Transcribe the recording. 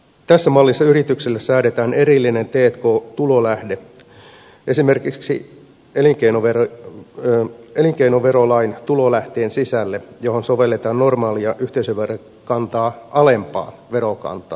tässä mallissa yritykselle säädetään erillinen t k tulolähde esimerkiksi elinkeinoverolain tulolähteen sisälle johon sovelletaan normaalia yhteisöverokantaa alempaa verokantaa